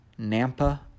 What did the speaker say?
Nampa